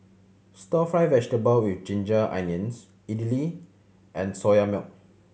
Stir Fry vegetable with ginger onions idly and Soya Milk